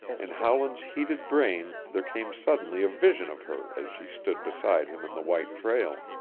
in howland's heated brain there came suddenly a vision of her as she stood beside him in the white trail